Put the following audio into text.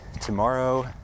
tomorrow